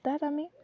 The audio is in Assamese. তাত আমি